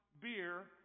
beer